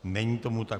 Není tomu tak.